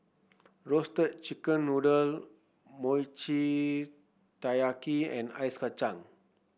Roasted Chicken Noodle Mochi Taiyaki and Ice Kachang